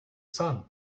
sun